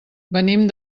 venim